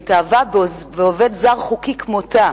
היא התאהבה בעובד זר חוקי כמותה.